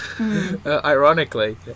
Ironically